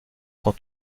sans